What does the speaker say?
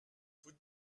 vous